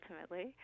ultimately